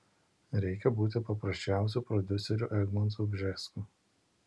reikia būti paprasčiausiu prodiuseriu egmontu bžesku